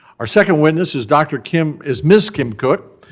our second witness is dr. kim, is ms. kim cook,